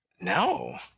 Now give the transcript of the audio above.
no